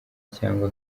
cyangwa